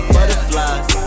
Butterflies